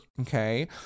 okay